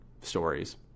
stories